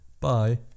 Bye